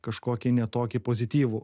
kažkokį ne tokį pozityvų